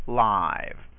live